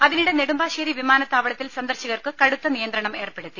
അതിനിടെ നെടുമ്പാശ്ശേരി വിമാനത്താവളത്തിൽ സന്ദർശകർക്ക് കടുത്ത നിയന്ത്രണം ഏർപ്പെടുത്തി